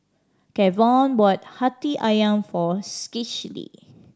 Kevon bought Hati Ayam for Schley